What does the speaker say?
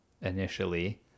initially